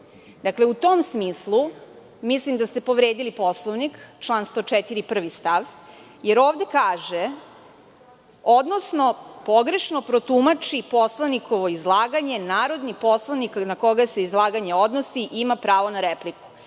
tom smislu mislim da ste povredili Poslovnik član 104. prvi stav, jer ovde kaže - odnosno pogrešno protumači poslanikovo izlaganje narodni poslanik na koga se izlaganje odnosi ima pravo na repliku. Moje